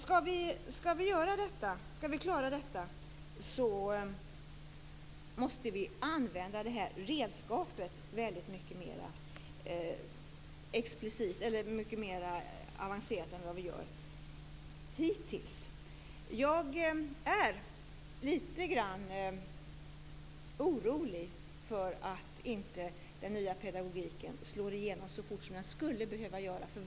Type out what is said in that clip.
Om vi skall klara detta måste vi använda det här redskapet mycket mer avancerat än vad vi gjort hittills. Jag är litet orolig för att inte den nya pedagogiken slår igenom så fort som den skulle behöva göra.